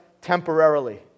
temporarily